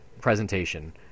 presentation